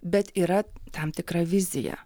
bet yra tam tikra vizija